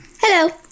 Hello